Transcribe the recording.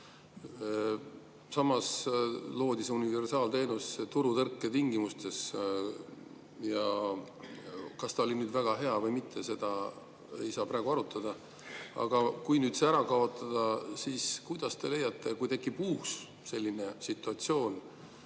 Samas loodi see universaalteenus turutõrke tingimustes. Kas ta oli nüüd väga hea või mitte, seda ei saa praegu arutada. Aga kui see ära kaotada, siis [mida te arvate], kui tekib uus selline situatsioon,